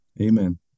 Amen